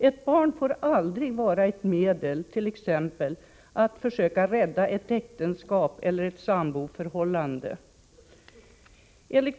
Ett barn får aldrig vara ett medel när man t.ex. vill försöka rädda ett äktenskap eller ett samboförhållande.